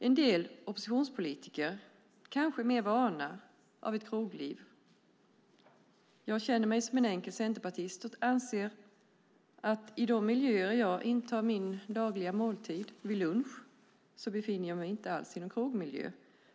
En del oppositionspolitiker kanske är mer vana vid krogliv. Jag är en enkel centerpartist, och jag anser att jag i de miljöer där jag intar min dagliga måltid, vid lunch, inte alls befinner mig i någon krogmiljö.